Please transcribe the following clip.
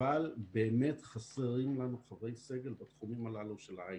אבל באמת חסרים לנו חברי סגל בתחומים הללו של ההיי-טק.